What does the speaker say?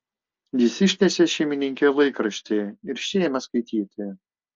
jis ištiesė šeimininkei laikraštį ir ši ėmė skaityti